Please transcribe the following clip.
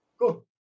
cool